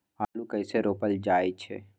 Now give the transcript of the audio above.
आलू कइसे रोपल जाय छै?